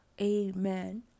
amen